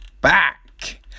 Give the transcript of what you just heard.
back